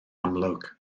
amlwg